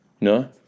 No